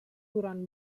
durant